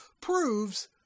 proves